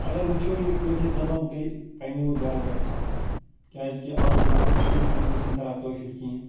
اگر وٕچھو یہِ کٲشٕر زبان گٔے پننیٚوٕے گَرو پٮ۪ٹھ ختم کیٛازِ کہِ آز چھِ لۄکٕٹۍ شُرۍ تِم چھِنہٕ کران کٲشُر کِہینۍ